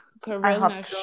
corona